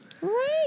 Right